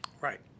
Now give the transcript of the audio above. Right